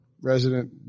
resident